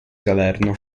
salerno